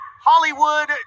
Hollywood